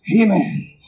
Amen